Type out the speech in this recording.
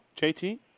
JT